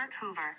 Hoover